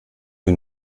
für